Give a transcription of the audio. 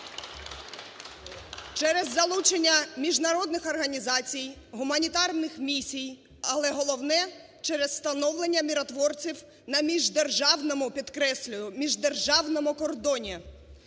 Через залучення міжнародних організацій, гуманітарних місій, але головне – через встановлення миротворців на міждержавному, підкреслюю, міждержавному кордоні.